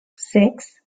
six